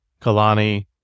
Kalani